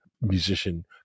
musician